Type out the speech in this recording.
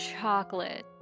chocolate